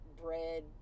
Bread